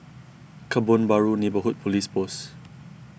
Kebun Baru Neighbourhood Police Post